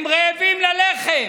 הם רעבים ללחם.